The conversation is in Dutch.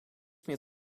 meer